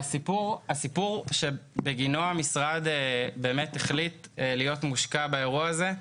הסיפור שבגינו המשרד החליט להיות מושקע בנושא הזה,